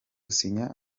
gusinya